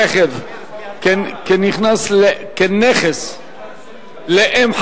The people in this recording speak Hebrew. רכב כנכס לאם חד-הורית),